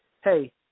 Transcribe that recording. hey